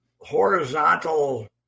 horizontal